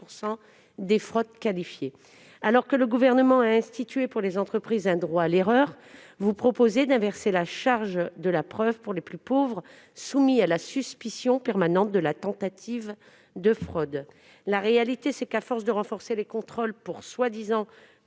des fraudes qualifiées. Alors que le Gouvernement a institué pour les entreprises un droit à l'erreur, vous proposez d'inverser la charge de la preuve pour les plus pauvres, soumis à la suspicion permanente de la tentative de fraude. La réalité, c'est que, à force de renforcer les contrôles pour prétendument